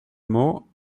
mots